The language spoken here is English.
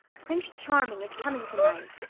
prince charming is coming tonight.